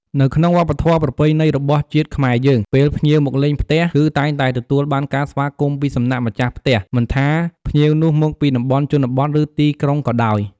នៅក្នុងវប្បធម៌ប្រពៃណីរបស់ជាតិខ្មែរយើង ពេលភ្ញៀវមកលេងផ្ទះ គឺតែងតែទទួលបានការស្វាគមន៍ពីសំណាក់ម្ចាស់ផ្ទះ មិនថាភ្ញៀវនោះមកពីតំបន់ជនបទឬទីក្រុងក៏ដោយ។